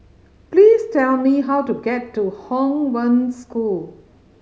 please tell me how to get to Hong Wen School